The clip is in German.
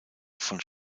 von